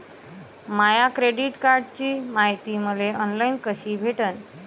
माया credit कार्डची मायती मले ऑनलाईन कसी भेटन?